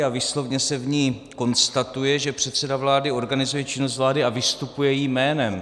A výslovně se v ní konstatuje, že předseda vlády organizuje činnost vlády a vystupuje jejím jménem.